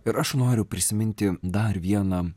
ir aš noriu prisiminti dar vieną